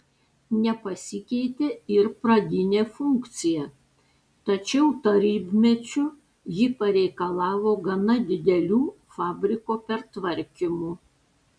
nepasikeitė ir pradinė funkcija tačiau tarybmečiu ji pareikalavo gana didelių fabriko pertvarkymų